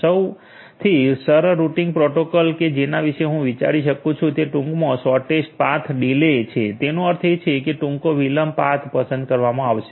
સૌથી સરળ routing protocol કે જેના વિશે હું વિચારી શકું છું તે ટૂંકમાં શોર્ટેસ્ટ પાથ ડીલે છે તેનો અર્થ એ કે ટૂંકો વિલંબ પાથ પસંદ કરવામાં આવશે